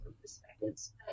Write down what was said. perspectives